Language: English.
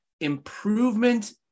improvement